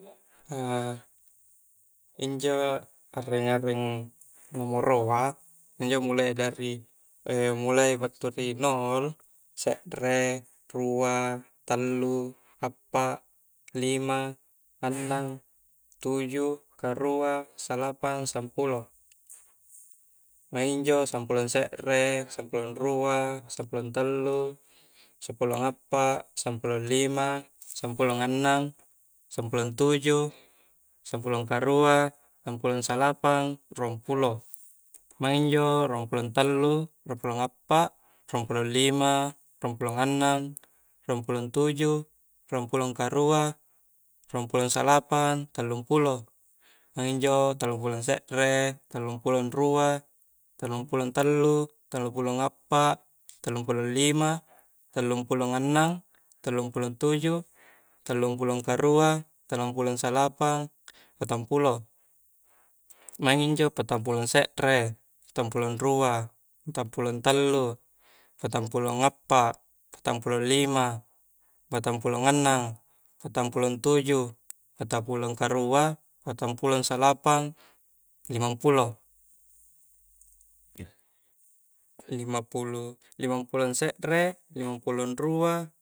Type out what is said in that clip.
injo areng areng nomoroa, injo mulai battu ri nol, sekre, rua, tallu appa, lima, annang, tuju karua salapang sampulo, maing injo, sampulong sekre sampulong rua, sampulong tallu, sampulong appa, sampulong lima, sampulong annang, smpulong tuju, sampulong salapang, ruang pulo, maing injo, ruangpulo ruang pulong tallu, ruangpulang appa, ruangpulong lima, ruang pulong annnang, ruangpulong tuju, ruang pulong karua, ruang pulong salapang, tallung pulo, maing injo, tallung pulong sekre, tallung pulong rua, tallung pulong tallu, tallung pulong appa, tallung pulong lima, tallung pulog annang, tallungpulo tuju, tallung pulong karua, tallungpulong salapang, patang pulo, maing injo, patang pulo sekre, patang pulong rua, patang pulong tallu, patang pulong appa, patang pulong lima, patang pulong annang, patang pulong tujuh, patang pulong karua, patang pulong salapang, limang pulo, lima pulu limang pulong sekre, limang pulo rua,